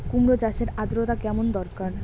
কুমড়ো চাষের আর্দ্রতা কেমন দরকার?